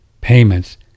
payments